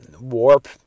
warp